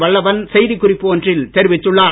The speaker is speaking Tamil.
வல்லவன் செய்தி குறிப்பு ஒன்றில் தெரிவித்துள்ளார்